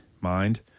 mind